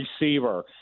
receiver